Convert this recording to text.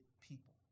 people